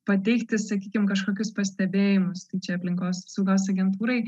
pateikti sakykim kažkokius pastebėjimus čia aplinkos saugos agentūrai